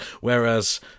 whereas